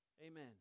Amen